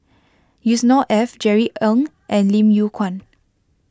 Yusnor Ef Jerry Ng and Lim Yew Kuan